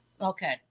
Okay